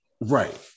Right